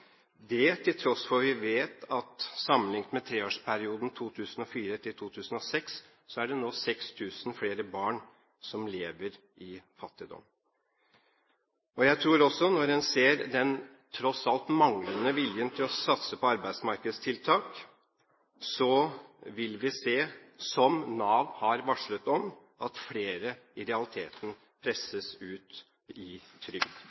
det til tross for at vi vet at sammenliknet med treårsperioden 2004–2006 er det nå 6 000 flere barn som lever i fattigdom. Jeg tror også, når en ser den tross alt manglende viljen til å satse på arbeidsmarkedstiltak, at flere – som Nav har varslet om – i realiteten presses ut i trygd.